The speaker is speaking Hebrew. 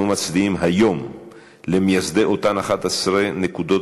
אנחנו מצדיעים היום למייסדי אותן 11 נקודות